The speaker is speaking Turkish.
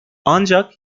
ancak